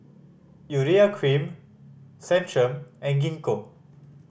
Urea Cream Centrum and Gingko